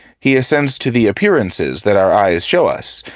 he assents to the appearances that our eyes show us,